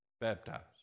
baptized